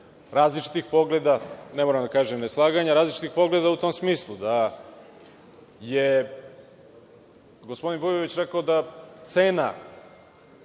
različitih pogleda, ne moram da kažem neslaganja, različitih pogleda u tom smislu, da je gospodin Vujović rekao da cena